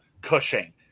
Cushing